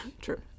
True